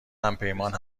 همپیمان